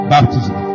Baptism